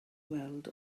weld